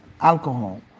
alcohol